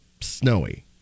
snowy